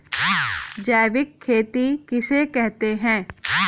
जैविक खेती किसे कहते हैं?